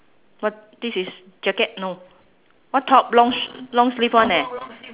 what this is jacket no what top long long sleeve [one] eh